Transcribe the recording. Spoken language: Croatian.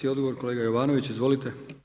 Odgovor kolega Jovanović, izvolite.